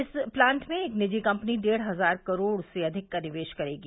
इस प्लांट में एक निजी कम्पनी डेढ़ हजार करोड़ से अधिक का निवेश करेगी